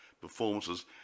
performances